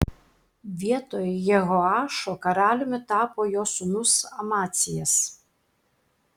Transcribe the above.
vietoj jehoašo karaliumi tapo jo sūnus amacijas